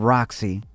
Roxy